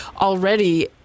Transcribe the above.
already